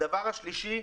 הדבר השלישי,